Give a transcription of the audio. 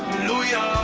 lujah,